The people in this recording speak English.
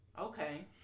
Okay